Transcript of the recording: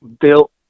built